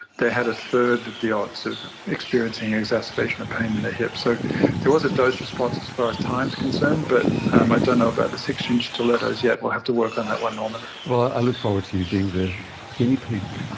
they had a third of the odds of experiencing exacerbation of pain in their hips. so there was a dose response as far as time is concerned, but um i don't know about the six-inch stilettos yet, we will have to work on that one. um and well, i look forward to you being the guinea pig,